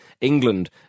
England